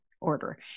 order